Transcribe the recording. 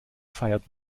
feiert